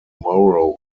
moro